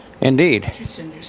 Indeed